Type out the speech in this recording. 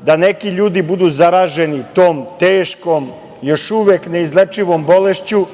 da neki ljudi budu zaraženi tom teškom, još uvek neizlečivom bolešću,